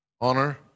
honor